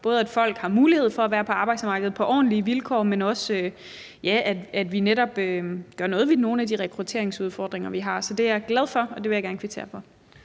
både at folk har mulighed for at være på arbejdsmarkedet på ordentlige vilkår, man også at vi netop gør noget ved nogle af de rekrutteringsudfordringer, vi har. Så det svar er jeg glad for, og det vil jeg gerne kvittere for.